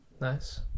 Nice